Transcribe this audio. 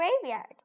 graveyard